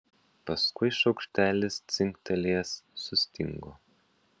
paskui šaukštelis dzingtelėjęs sustingo